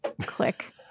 Click